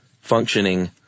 functioning